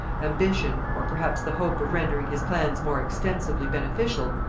ambition, or perhaps the hope of rendering his plans more extensively beneficial,